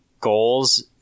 goals